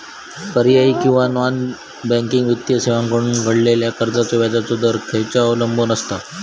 पर्यायी किंवा non banking वित्तीय सेवांकडसून घेतलेल्या कर्जाचो व्याजाचा दर खेच्यार अवलंबून आसता?